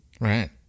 right